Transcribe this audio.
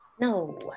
No